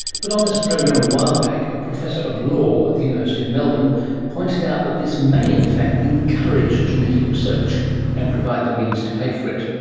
but on this program a while back a professor of law at the university of melbourne pointed out that this may in fact encourage genetic research and provide the means to pay for it.